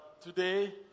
today